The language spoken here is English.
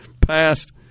passed